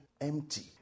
empty